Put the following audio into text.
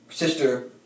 sister